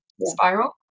spiral